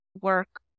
work